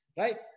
right